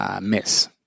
Miss